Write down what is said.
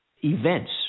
events